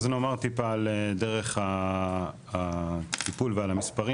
אז נאמר טיפה על דרך הטיפול ועל המספרים,